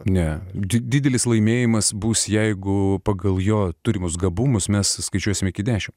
ne didelis laimėjimas bus jeigu pagal jo turimus gabumus mes suskaičiuosim iki dešim